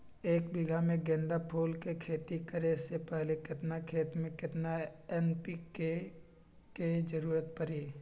एक बीघा में गेंदा फूल के खेती करे से पहले केतना खेत में केतना एन.पी.के के जरूरत परी?